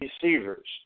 deceivers